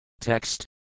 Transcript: Text